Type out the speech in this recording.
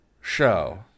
show